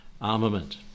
armament